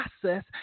process